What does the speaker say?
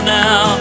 now